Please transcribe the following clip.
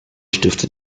stifter